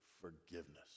forgiveness